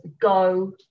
go